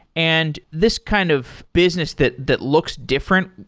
and this kind of business that that looks different,